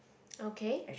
okay